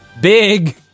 Big